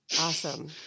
Awesome